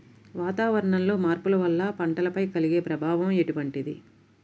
వాతావరణంలో మార్పుల వల్ల పంటలపై కలిగే ప్రభావం ఎటువంటిది?